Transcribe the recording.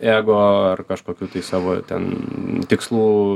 ego ar kažkokių tai savo ten tikslų